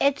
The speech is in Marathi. एच